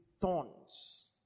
thorns